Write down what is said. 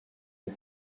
aux